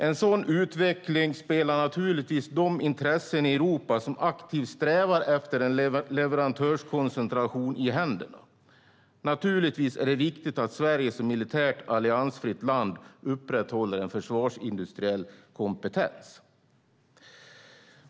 En sådan utveckling spelar naturligtvis de intressen i Europa som aktivt strävar efter en leverantörskoncentration i händerna. Naturligtvis är det viktigt att Sverige som militärt alliansfritt land upprätthåller en försvarsindustriell kompetens.